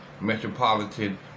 metropolitan